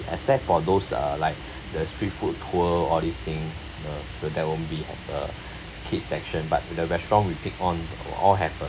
except for those uh like the street food tour all these thing you know there won't be a kids section but in the restaurant we pick on all have a